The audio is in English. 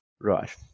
Right